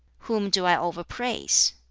whom do i over-praise?